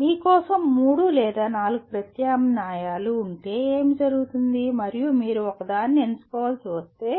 మీ కోసం మూడు లేదా నాలుగు ప్రత్యామ్నాయాలు ఉంటే ఏమి జరుగుతుంది మరియు మీరు ఒకదాన్ని ఎంచుకోవలసి వస్తే